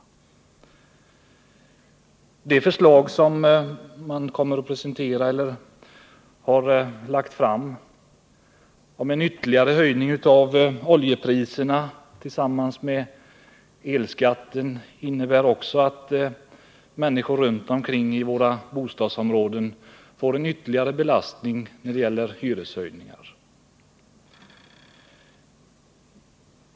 Det förslag som har lagts fram om en ytterligare höjning av oljepriserna innebär tillsammans med elskatten att människor runt om i våra bostadsområden får en ytterligare belastning.